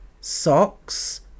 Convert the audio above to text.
socks